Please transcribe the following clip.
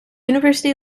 university